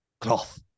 Cloth